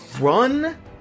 Run